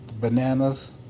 Bananas